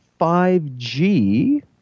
5G